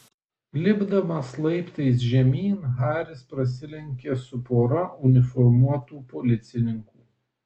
lipdamas laiptais žemyn haris prasilenkė su pora uniformuotų policininkų